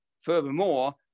furthermore